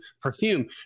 perfume